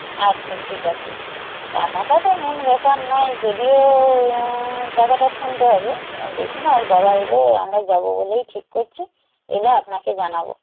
আচ্ছা ঠিক আছে টাকাটা তো মেন ব্যাপার নয় যদিও টাকাটা শুনতে হবে দেখি না ওর বাবা এলে আমরা যাব বলেই ঠিক করছি এলে আপনাকে জানাব